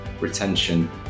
Retention